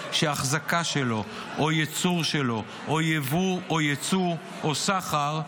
שהחזקה שלו או ייצור שלו או יבוא או יצוא או סחר,